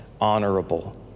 honorable